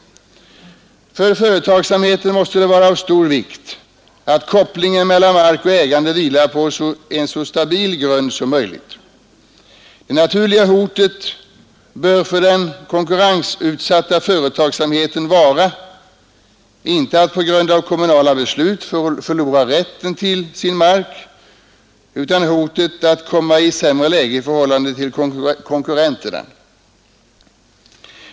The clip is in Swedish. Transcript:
För företagsamheten måste det vara av stor vikt att kopplingen mellan mark och ägande vilar på en så stabil grund som möjligt. Det naturliga hotet bör för den konkurrensutsatta företagsamheten inte vara det att på grund av kommunala beslut förlora rätten till sin mark, utan hotet att komma i sämre läge i förhållande till konkurrenterna.